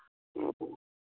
ꯎꯝ